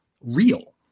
real